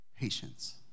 Patience